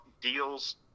deals